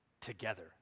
together